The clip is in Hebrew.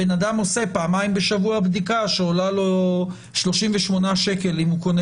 הבן-אדם עושה פעמיים בשבוע הבדיקה שעולה 38 שקל אם הוא קונה